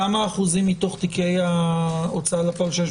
כמה אחוזים מתוך תיקי ההוצאה לפועל שיש